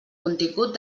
contingut